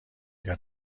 اگر